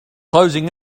closing